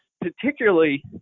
particularly